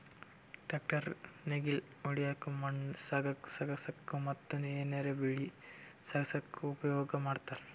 tractor ನೇಗಿಲ್ ಹೊಡ್ಲಿಕ್ಕ್ ಮಣ್ಣ್ ಸಾಗಸಕ್ಕ ಮತ್ತ್ ಏನರೆ ಬೆಳಿ ಸಾಗಸಕ್ಕ್ ಉಪಯೋಗ್ ಮಾಡ್ತಾರ್